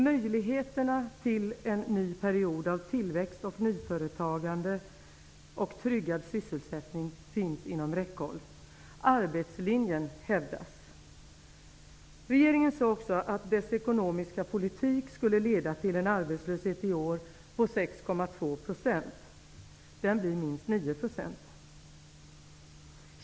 ''Möjligheterna till en ny period av tillväxt, nyföretagande och tryggad sysselsättning finns inom räckhåll --. Arbetslinjen hävdas.'' Regeringen sade också att dess ekonomiska politik skulle leda till en arbetslöshet i år på 6,2 %. Den blir minst 9 %.